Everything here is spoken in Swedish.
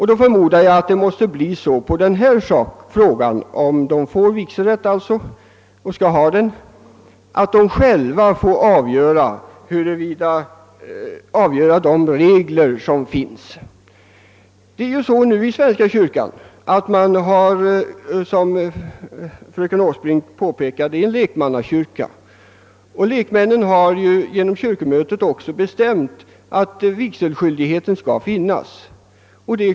Jag förmodar att om trossamfunden får vigselrätt skall de själva få fastställa de regler som skall finnas. Svenska kyrkan är nu — vilket fröken Åsbrink påpekade — en lekmannakyrka, och lekmännen har genom kyrkomötet varit med att bestämma att vigselskyldigheten skall finnas.